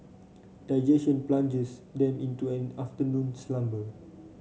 digestion plunges them into an afternoon slumber